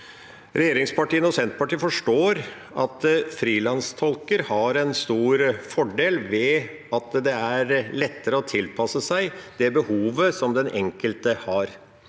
Regjeringsparti ene med Senterpartiet forstår at frilanstolker har en stor fordel ved at det er lettere å tilpasse seg det behovet som den enkelte har.